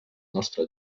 nostre